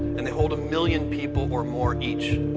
and they hold a million people or more each.